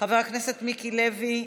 חבר הכנסת מיקי לוי,